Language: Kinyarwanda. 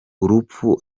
urupfu